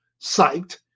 psyched